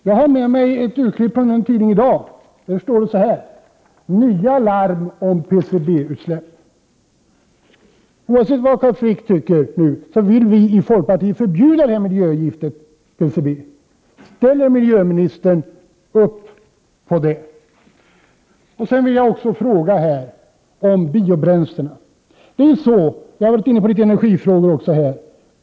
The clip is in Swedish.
Jag har med mig ett urklipp ur en tidning i dag där det står: ”Nya larm om PCB-utsläpp”. Oavsett vad Carl Frick tycker vill vi i folkpartiet förbjuda miljögiftet PCB. Ställer miljöministern upp på det? Till sist vill jag fråga om biobränslen, eftersom vi varit inne på energifrågor.